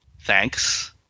thanks